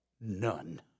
None